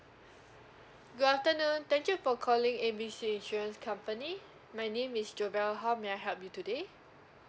good afternoon thank you for calling A B C insurance company my name is jovel how may I help you today